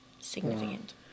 significant